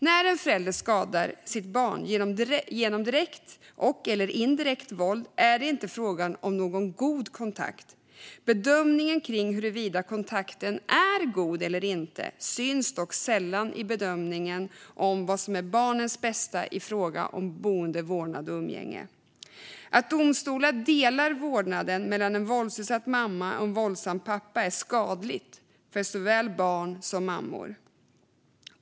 När en förälder skadar sitt barn genom direkt och/eller indirekt våld är det inte fråga om någon god kontakt. Bedömningen av huruvida kontakten är god eller inte syns dock sällan i bedömningen av vad som är barnens bästa i fråga om boende, vårdnad och umgänge. Att domstolar delar vårdnaden mellan en våldsutsatt mamma och en våldsam pappa är skadligt för såväl barn som mammor.